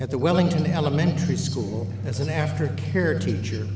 at the wellington elementary school as an after care teacher